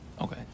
Okay